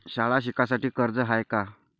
शाळा शिकासाठी कर्ज हाय का?